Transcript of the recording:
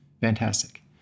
Fantastic